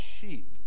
Sheep